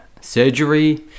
surgery